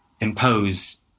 impose